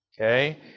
Okay